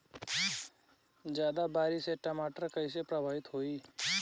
ज्यादा बारिस से टमाटर कइसे प्रभावित होयी?